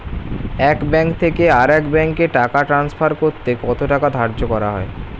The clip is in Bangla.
এক ব্যাংক থেকে আরেক ব্যাংকে টাকা টান্সফার করতে কত টাকা ধার্য করা হয়?